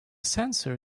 sensor